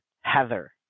Heather